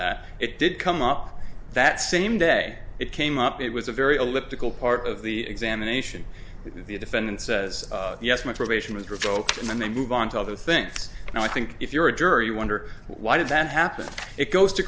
that it did come up that same day it came up it was a very elliptical part of the examination the defendant says yes my probation was revoked and then they move on to other things and i think if you're a jury you wonder why did that happen it goes to